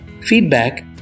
Feedback